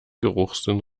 geruchssinn